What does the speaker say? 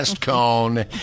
cone